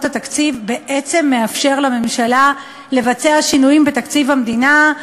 התקציב בעצם מאפשר לממשלה לבצע שינויים בתקציב המדינה,